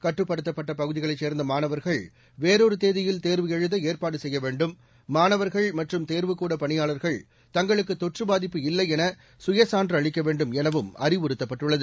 கட்டுப்படுத்தப்பட்ட பகுதிகளைச் சேர்ந்த மாணவர்கள் வேறொரு தேதியில தேர்வு எழுதஏற்பாடு செய்ய வேண்டும் மாணவர்கள் மற்றும் தேர்வுக்கூட பணியாளர்கள் தங்களுக்கு தொற்று பாதிப்பு இல்லை என சுயசான்று அளிக்க வேண்டும் எனவும் அறிவுறுத்தப்பட்டுள்ளது